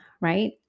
right